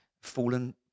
fallen